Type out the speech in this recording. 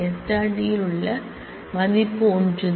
Dஇல் உள்ள மதிப்பு ஒன்றுதான்